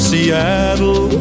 Seattle